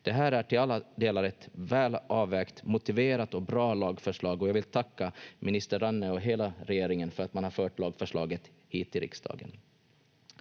Det här är till alla delar ett väl avvägt, motiverat och bra lagförslag och jag vill tacka minister Ranne och hela regeringen för att man har fört lagförslaget hit till riksdagen.